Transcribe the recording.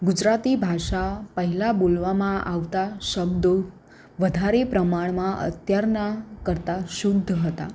ગુજરાતી ભાષા પહેલાં બોલવામાં આવતા શબ્દો વધારે પ્રમાણમાં અત્યારના કરતાં શુદ્ધ હતા